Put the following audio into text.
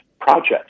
projects